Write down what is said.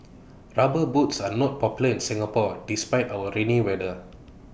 rubber boots are not popular in Singapore despite our rainy weather